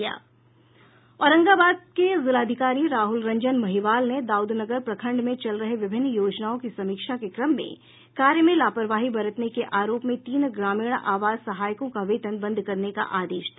औरंगाबाद के जिलाधिकारी राहुल रंजन महिवाल ने दाउदनगर प्रखंड में चल रहे विभिन्न योजनाओं की समीक्षा के क्रम में कार्य में लापरवाही बरतने के आरोप में तीन ग्रामीण आवास सहायकों का वेतन बंद करने का आदेश दिया